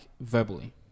verbally